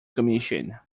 commission